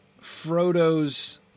Frodo's